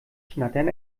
schnattern